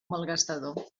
malgastador